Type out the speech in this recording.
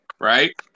right